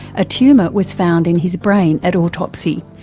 a tumour was found in his brain at autopsy,